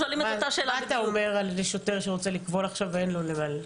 מה אתה אומר לשוטר שרוצה לקבול עכשיו ואין לו איפה?